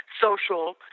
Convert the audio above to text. social